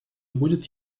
будет